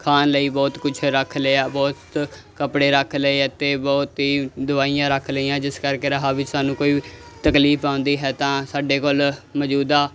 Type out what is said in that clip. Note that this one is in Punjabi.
ਖਾਣ ਲਈ ਬਹੁਤ ਕੁਝ ਰੱਖ ਲਿਆ ਬਹੁਤ ਕੱਪੜੇ ਰੱਖ ਲਏ ਅਤੇ ਬਹੁਤ ਹੀ ਦਵਾਈਆਂ ਰੱਖ ਲਈਆਂ ਜਿਸ ਕਰਕੇ ਰਾਹਾਂ ਵਿੱਚ ਸਾਨੂੰ ਕੋਈ ਤਕਲੀਫ ਆਉਂਦੀ ਹੈ ਤਾਂ ਸਾਡੇ ਕੋਲ ਮੌਜੂਦਾ